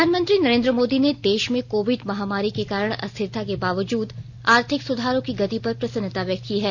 प्रधानमंत्री नरेन्द्र मोदी ने देश में कोविड महामारी के कारण अस्थिरता के बावजूद आर्थिक सुधारों की गति पर प्रसन्नता व्यक्त की है